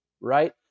right